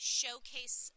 showcase